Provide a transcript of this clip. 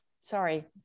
Sorry